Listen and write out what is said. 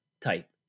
type